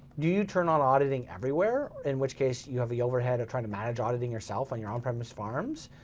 do you turn on auditing everywhere? in which case you have the overhead of trying to manage auditing yourself on your on-premise farms?